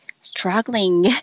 struggling